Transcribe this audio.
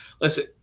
listen –